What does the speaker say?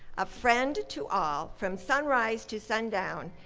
a friend to all, from sunrise to sundown,